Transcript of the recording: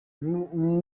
muri